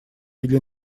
или